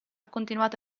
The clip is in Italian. continuato